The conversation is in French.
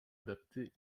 adaptés